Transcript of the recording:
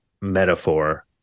metaphor